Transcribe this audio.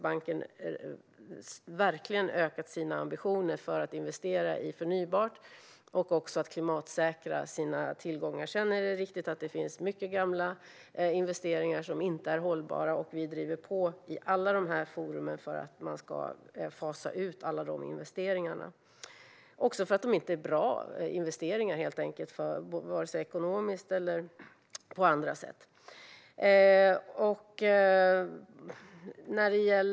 Banken har verkligen ökat sina ambitioner att investera i förnybart och klimatsäkra sina tillgångar. Sedan är det riktigt att det finns mycket gamla investeringar som inte är hållbara. Vi driver på i alla de här forumen för att man ska fasa ut alla de investeringarna. Det är helt enkelt inte bra investeringar - varken ekonomiskt eller på andra sätt.